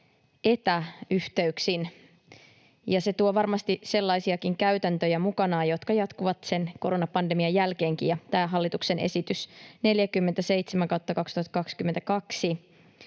etäyhteyksin. Se tuo varmasti sellaisiakin käytäntöjä mukanaan, jotka jatkuvat koronapandemian jälkeenkin, ja tämä hallituksen esitys 47/2022